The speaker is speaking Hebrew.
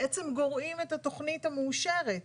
בעצם גורעים את התכנית המאושרת,